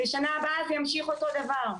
בשנה הבאה זה ימשיך אותו דבר.